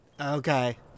Okay